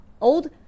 old